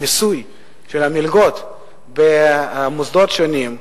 למיסוי המלגות במוסדות שונים,